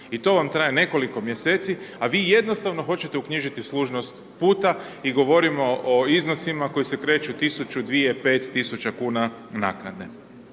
I to vam traje nekoliko mjeseci, a vi jednostavno hoćete uknjižiti služnost puta i govorimo o iznosima koji se kreću 1.000,00 kn, 2.000,00 kn,